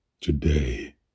Today